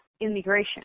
immigration